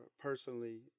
personally